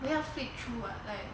要 flip through [what] like